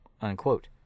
unquote